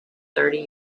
thirty